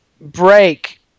break